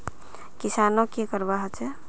किसानोक की करवा होचे?